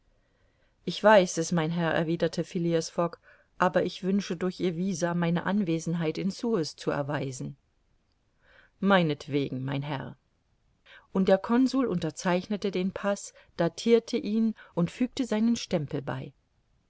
ich weiß es mein herr erwiderte phileas fogg aber ich wünsche durch ihr visa meine anwesenheit in suez zu erweisen meinetwegen mein herr und der consul unterzeichnete den paß datirte ihn und fügte seinen stempel bei